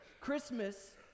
Christmas